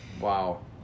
Wow